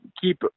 keep